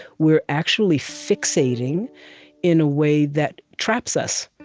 we're actually fixating in a way that traps us,